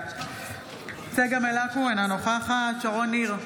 צגה מלקו, אינה נוכחת שרון ניר,